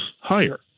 higher